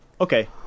Okay